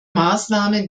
maßnahme